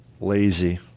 Lazy